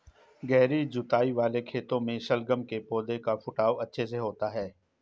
गहरी जुताई वाले खेतों में शलगम के पौधे का फुटाव अच्छे से होता है